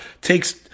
takes